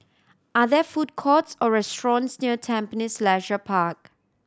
are there food courts or restaurants near Tampines Leisure Park